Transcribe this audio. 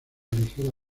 ligera